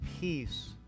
peace